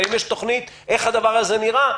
האם יש תוכנית איך הדבר הזה ייראה,